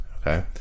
Okay